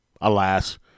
alas